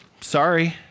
Sorry